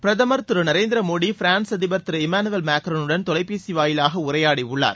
பிரதம் திரு நரேந்திர மோடி பிரான்ஸ் அதிபர் திரு இமானுவேல் மேன்ரானுடன் தொலைபேசி வாயிலாக உரையாடியுள்ளார்